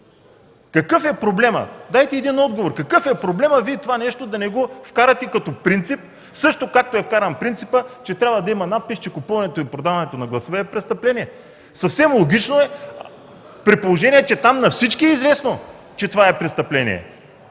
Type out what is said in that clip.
Какъв е проблемът? Дайте един отговор: какъв е проблемът това нещо да не го въведете като принцип, както е въведен принципът, че трябва да има надпис – „Купуването и продаването на гласове е престъпление”? Съвсем логично е, при положение че на всички е известно, че това е престъпление!